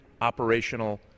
operational